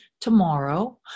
tomorrow